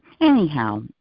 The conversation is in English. anyhow